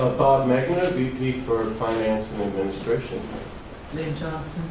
megna, vp for finance and administration. lynn johnson,